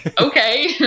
okay